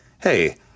hey